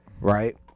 right